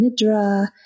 nidra